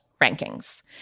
rankings